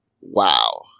Wow